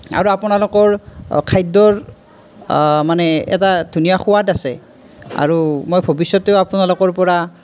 আৰু আপোনালোকৰ খাদ্য়ৰ মানে এটা ধুনীয়া সোৱাদ আছে আৰু মই ভৱিষ্য়তেও আপোনালোকৰ পৰা